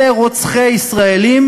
אלה רוצחי ישראלים,